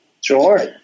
Sure